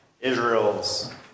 Israel's